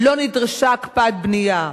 לא נדרשה הקפאת בנייה,